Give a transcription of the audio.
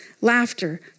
laughter